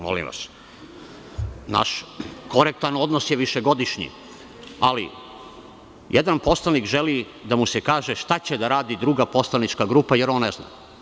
Molim vas, naš korektanodnos je višegodišnji ali jedan poslanik želi da mu se kaže šta će da radi druga poslanička grupa jer on ne zna.